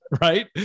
Right